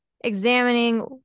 examining